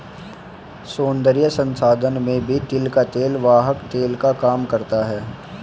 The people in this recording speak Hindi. सौन्दर्य प्रसाधन में भी तिल का तेल वाहक तेल का काम करता है